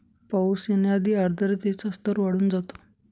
पाऊस येण्याआधी आर्द्रतेचा स्तर वाढून जातो